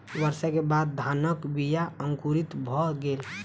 वर्षा के बाद धानक बीया अंकुरित भअ गेल